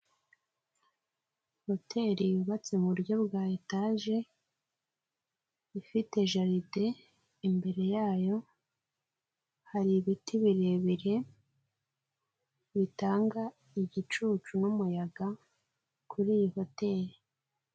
Hoteri yubatse mu buryo bwa etaje ifite jaride, imbere yayo hari ibiti birebire bitanga igicucu n'umuyaga kuri iyi hoteri.